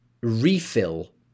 refill